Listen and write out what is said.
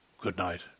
Good-night